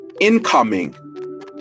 incoming